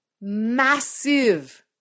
massive